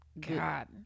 God